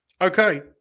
Okay